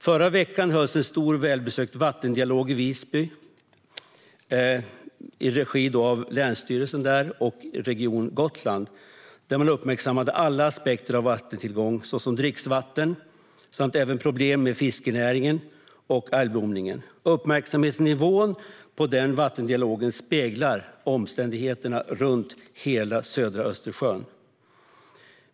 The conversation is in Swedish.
Förra veckan hölls en stor och välbesökt vattendialog i Visby i regi av länsstyrelsen och Region Gotland, där man uppmärksammade alla aspekter av vattentillgång såsom dricksvatten samt problem med fiskenäringen och algblomningen. Uppmärksamhetsnivån för denna vattendialog speglar omständigheterna runt hela södra Östersjön.